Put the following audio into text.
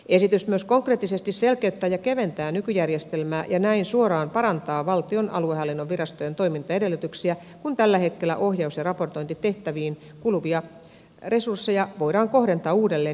esitys myös konkreettisesti selkeyttää ja keventää nykyjärjestelmää ja näin suoraan parantaa valtion aluehallinnon virastojen toimintaedellytyksiä kun tällä hetkellä ohjaus ja raportointitehtäviin kuluvia resursseja voidaan kohdentaa uudelleen itse toimintaan